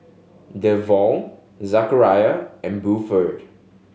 Devaughn Zachariah and Buford